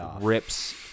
rips